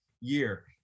year